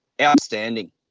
outstanding